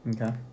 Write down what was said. Okay